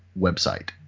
website